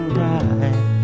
right